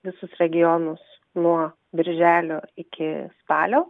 visus regionus nuo birželio iki spalio